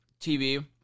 TV